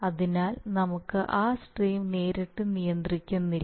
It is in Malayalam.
അതിനാൽ നമ്മൾ ആ സ്ട്രീം നേരിട്ട് നിയന്ത്രിക്കുന്നില്ല